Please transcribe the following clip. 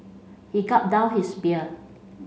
he gulped down his beer